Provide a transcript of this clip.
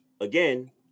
Again